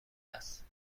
است